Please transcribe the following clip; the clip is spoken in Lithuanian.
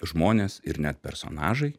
žmonės ir net personažai